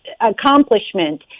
accomplishment